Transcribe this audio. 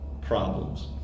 problems